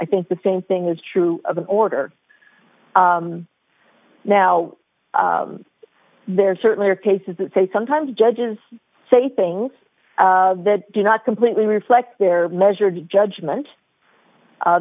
i think the same thing is true of order now there certainly are cases that say sometimes judges say things that do not completely reflect their measured judgment